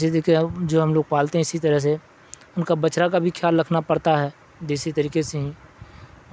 جی طقے جو ہم لوگ پالتے ہیں اسی طرح سے ان کا بچرا کا بھی خیال رکھنا پڑتا ہے دیسی طریقے سے ہی